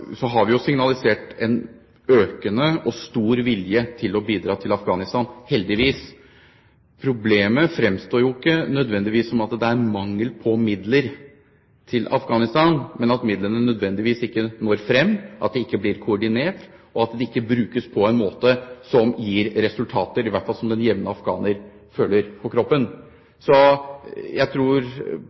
har vi signalisert en økende og stor vilje til å bidra til Afghanistan – heldigvis. Problemet fremstår ikke nødvendigvis slik som at det er mangel på midler til Afghanistan, men at midlene nødvendigvis ikke når frem, at de ikke blir koordinert, og at de ikke brukes på en måte som gir resultater som i hvert fall den jevne afghaner føler på kroppen. Jeg tror